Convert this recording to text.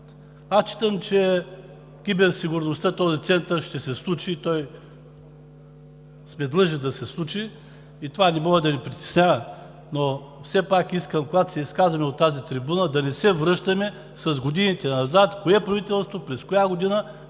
Аз считам, че киберсигурността, този център ще се случи и сме длъжни да се случи, това не може да Ви притеснява, но все пак искам, когато се изказваме от тази трибуна, да не се връщаме с годините назад – кое правителство, през коя година,